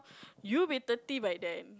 you'll be thirty by then